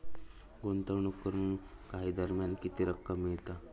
गुंतवणूक करून काही दरम्यान किती रक्कम मिळता?